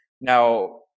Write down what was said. Now